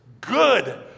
good